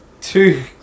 two